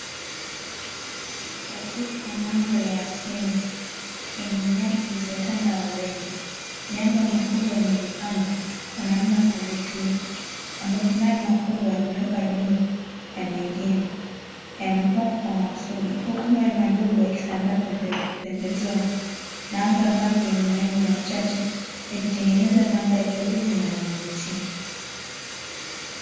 Katika mandhari ya asili yenye nyasi zilizotanda ardhini. Miamba mikubwa imejipanga kwa namna ya kuvutia, ambapo mawe makubwa yamewekwa juu ya mengine. Yamepangwa kwa makusudi, huku mawe madogo yakisambaa pembezoni na anga angavu lenye mawingu machache, likitengeneza mandhari tulivu na ya kuvutia.